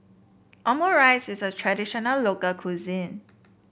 omurice is a traditional local cuisine